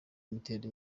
imiterere